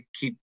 keep